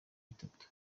bitatu